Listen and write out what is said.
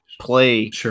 play